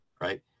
right